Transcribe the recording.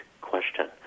question